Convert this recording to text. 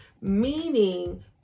meaning